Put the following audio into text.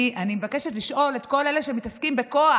אני מבקשת לשאול את כל אלה שמתעסקים בכוח